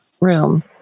room